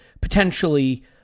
potentially